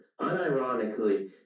unironically